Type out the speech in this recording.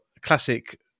classic